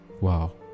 Wow